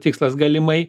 tikslas galimai